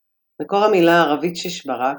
бшашпара,